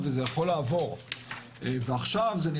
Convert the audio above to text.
וזה יכול לעבור.